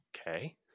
Okay